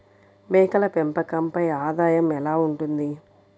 మేకల పెంపకంపై ఆదాయం ఎలా ఉంటుంది?